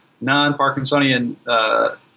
non-Parkinsonian